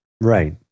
right